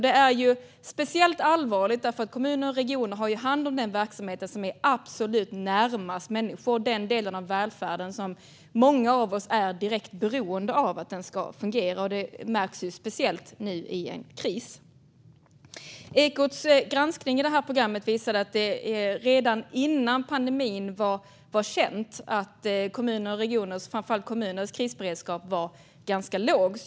Det är speciellt allvarligt eftersom kommuner och regioner har hand om den verksamhet som är absolut närmast människor. Det är den del av välfärden som många av oss är direkt beroende av. Den måste fungera, och det märks speciellt nu i en kris. Ekots granskning i programmet visade att det redan före pandemin var känt att kommuners och regioners, men framför allt kommuners, krisberedskap var ganska låg.